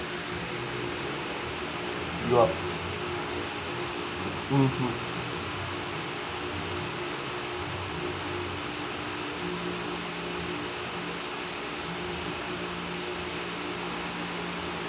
you are mmhmm